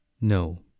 No